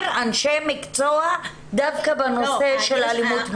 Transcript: אנשי מקצוע דווקא בנושא של אלימות מינית.